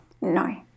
No